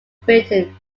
britain